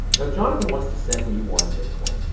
now, jonathan wants to send me one bitcoin.